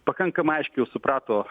pakankamai aiškiai jau suprato